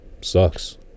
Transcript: sucks